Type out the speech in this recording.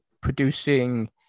producing